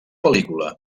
pel·lícula